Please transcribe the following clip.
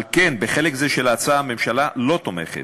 על כן, בחלק זה של ההצעה הממשלה לא תומכת.